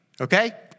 Okay